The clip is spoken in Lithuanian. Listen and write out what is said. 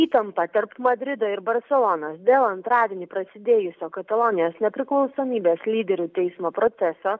įtampa tarp madrido ir barselonos dėl antradienį prasidėjusio katalonijos nepriklausomybės lyderių teismo proceso